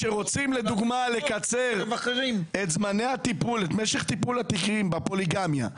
כשרוצים לקצר את משך זמני הטיפול בתיקים בפוליגמיה,